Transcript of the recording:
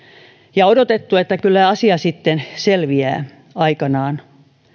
ja odotettu että kyllä asia sitten selviää aikanaan